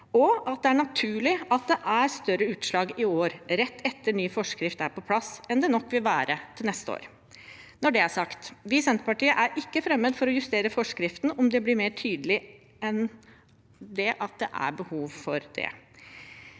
og at det er naturlig at det er større utslag i år, rett etter at ny forskrift er på plass, enn det nok vil være til neste år. Når det er sagt: Vi i Senterpartiet er ikke fremmed for å justere forskriften om det blir behov for det.